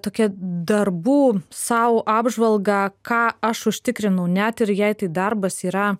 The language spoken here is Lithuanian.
tokia darbų sau apžvalgą ką aš užtikrinau net ir jei tai darbas yra